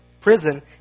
prison